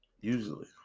Usually